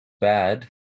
bad